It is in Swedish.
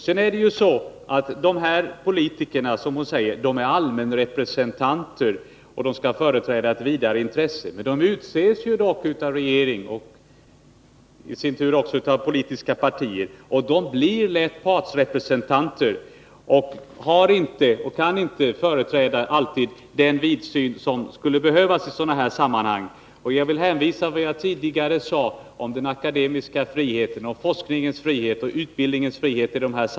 Sedan är det ju så att dessa politiker, som Lena Hjelm-Wallén säger, är allmänrepresentanter och skall företräda ett vidare intresse. Men de utses ju av regeringen och i samband därmed också av politiska partier. De blir lätt partsrepresentanter och kan inte alltid företräda den vidsyn som skulle behövas i sådana sammanhang. Jag vill hänvisa till vad jag tidigare sade om den akademiska friheten, forskningens frihet och utbildningens frihet.